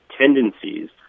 tendencies